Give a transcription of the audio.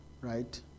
right